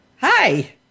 Hi